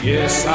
Yes